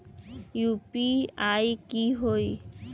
UPI की होई?